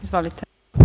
Izvolite.